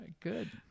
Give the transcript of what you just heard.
Good